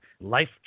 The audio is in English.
Life